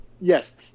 Yes